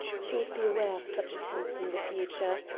she would beware of such attempts in the future.